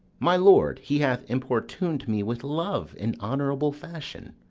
my lord, he hath importun'd me with love in honourable fashion.